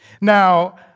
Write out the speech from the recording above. Now